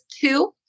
two